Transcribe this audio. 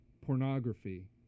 pornography